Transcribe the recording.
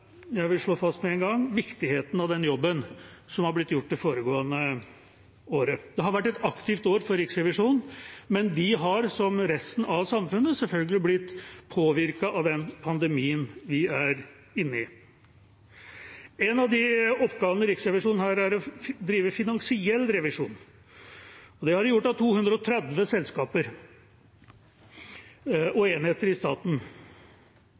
vil jeg slå fast med en gang – viktigheten av den jobben som har blitt gjort det foregående året. Det har vært et aktivt år for Riksrevisjonen, men de har, som resten av samfunnet, selvfølgelig blitt påvirket av den pandemien vi er inne i. En av oppgavene Riksrevisjonen har, er å drive finansiell revisjon, og det har de gjort av 230 selskaper og enheter i staten.